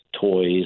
toys